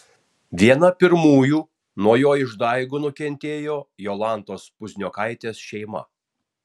viena pirmųjų nuo jo išdaigų nukentėjo jolantos pazniokaitės šeima